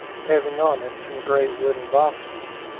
having on it some great wooden boxes.